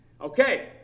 Okay